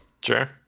sure